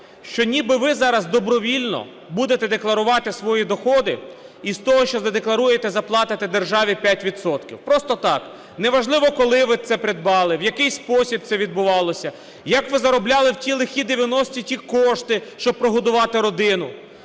що ніби ви зараз добровільно будете декларувати свої доходи і з того, що задекларуєте, заплатите державі 5 відсотків просто так. Неважливо, коли ви це придбали, в який спосіб це відбувалося, як ви заробляли в ті лихі 90-ті ті кошти, щоб прогодувати родину.